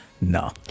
no